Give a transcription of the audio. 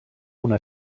una